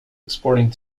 exporting